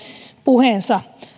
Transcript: puheensa